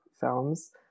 films